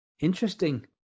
Interesting